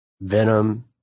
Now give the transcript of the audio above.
Venom